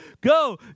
Go